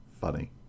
funny